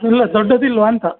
ಇಲ್ಲ ದೊಡ್ಡದಿಲ್ವಾ ಅಂತ